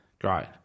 great